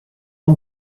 pas